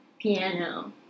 piano